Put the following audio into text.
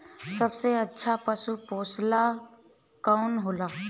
सबसे अच्छा पशु पोसेला कौन होला?